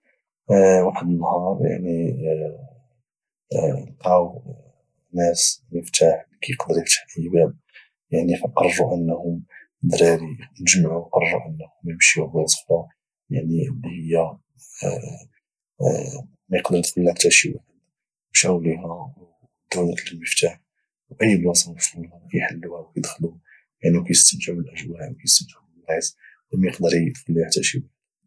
واحد النهار نلقاو الناس مفتاح اللي كايقدر افتح اي باب فقرروا انهم الدراري تجمعوا فقرروا انهم يمشيوا غير البلايص اخرى يعني اللي هي ما يقدر يدخل لي حتى شي واحد مشاوليها وداو ذاك المفتاح اي بلاصه وصلوا لها كيحلوها وكايدخلوا يعني وكيستمتعوا بالاجواء وكايستمتعوا بالبلايص تقدري تخليها حتى شي واحد